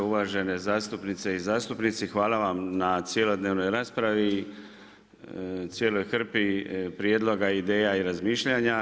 Uvažene zastupnice i zastupnici, hvala vam na cjelodnevnoj raspravi, cijeloj hrpi prijedloga, ideja i razmišljanja.